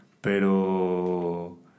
pero